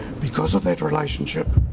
because of that relationship,